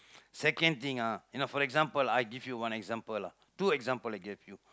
second thing ah you know for example I give you one example lah two example I give you